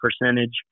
percentage